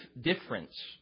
difference